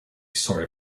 sorry